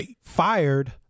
fired